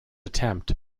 attempt